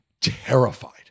terrified